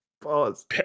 Pause